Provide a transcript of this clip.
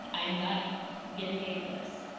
i'm not getting paid for this.